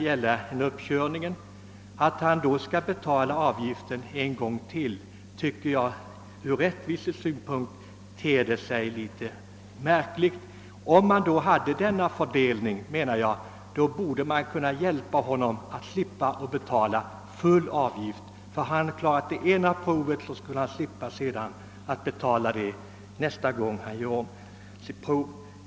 Ati vederbörande då skall behöva erlägga full avgift ännu en gång tycker jag ur rättvisesynpunkt verkar litet märkligt. Med den av mig angivna fördelningen borde personen i fråga kunna slippa betala full avgift när han nästa gång genomgår körkortsprov. Om han vid det första tillfället klarat det ena provet, skulle han nästa gång slippa betala för det godkända provet.